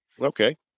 Okay